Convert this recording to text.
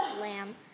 lamb